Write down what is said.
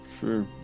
Sure